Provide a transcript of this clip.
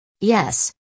Yes